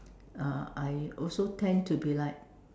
uh I also tend to be like